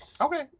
Okay